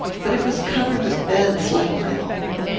but it was covered with beds like my own.